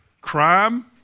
crime